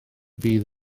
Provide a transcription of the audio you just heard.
bydd